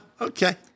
Okay